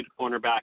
cornerback